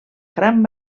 gran